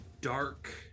dark